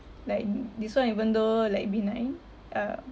like this [one] even though like benign um